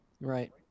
Right